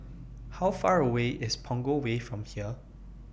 How Far away IS Punggol Way from here